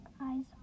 eyes